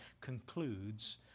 concludes